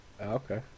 Okay